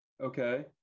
Okay